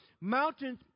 Mountains